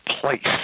place